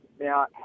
Now